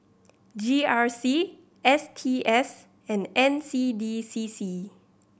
G R C S T S and N C D C C